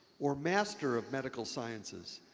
or master of medical sciences,